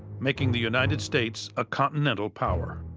making the united states a continental power.